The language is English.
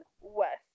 West